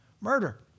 murder